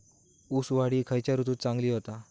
ऊस वाढ ही खयच्या ऋतूत चांगली होता?